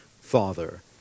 Father